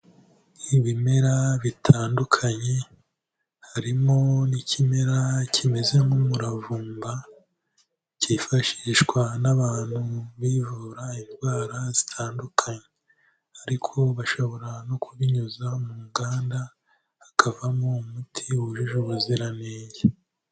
Ibimera bitandukanye, harimo n'ikimera kimeze nk'umuravumba cyifashishwa n'abantu bivura indwara zitandukanye ariko bashobora no kubinyuza mu nganda hakavamo umuti wujuje ubuziranenge.